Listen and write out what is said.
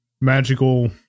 magical